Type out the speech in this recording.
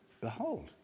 behold